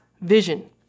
vision